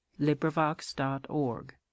LibriVox.org